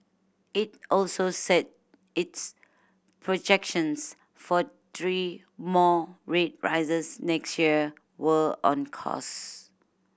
it also said its projections for three more rate rises next year were on course